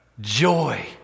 Joy